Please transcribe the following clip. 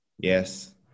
Yes